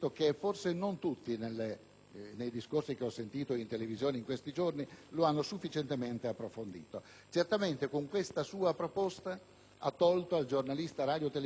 nei discorsi che ho sentito in questi giorni, lo hanno sufficientemente approfondito. Certamente con questa sua proposta Curzi ha tolto al giornalista radiotelevisivo quel